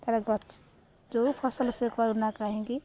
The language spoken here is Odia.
ତାର ଗଛ ଯୋଉ ଫସଲ ସେ କରୁନା କାହିଁକି